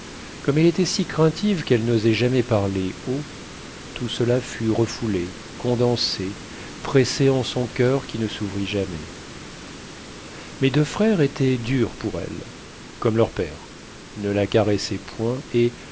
comme elle était si craintive qu'elle n'osait jamais parler haut tout cela fut refoulé condensé pressé en son coeur qui ne s'ouvrit jamais mes deux frères étaient durs pour elle comme leur père ne la caressaient point et